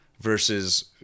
versus